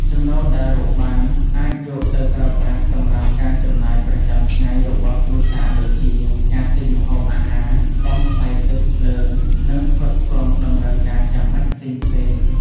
ចំណូលដែលរកបានអាចយកទៅប្រើប្រាស់សម្រាប់ការចំណាយប្រចាំថ្ងៃរបស់គ្រួសារដូចជា ការទិញម្ហូបអាហារ បង់ថ្លៃទឹកភ្លើង និងផ្គត់ផ្គង់តម្រូវការចាំបាច់ផ្សេងៗ។